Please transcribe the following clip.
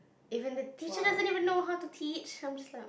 even if the teacher doesn't even know how to teach I'm just like